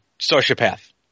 sociopath